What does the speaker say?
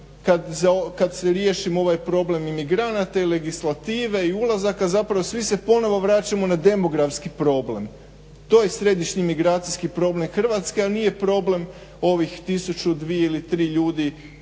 kad se riješimo ovaj problem imigranata i legislative, i ulazaka, zapravo svi se ponovno vraćamo na demografski problem. To je središnji migracijski problem Hrvatske, ali nije problem ovih 1000, 2000 ili 3000 koji